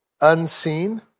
unseen